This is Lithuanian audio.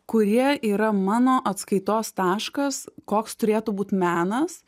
kurie yra mano atskaitos taškas koks turėtų būt menas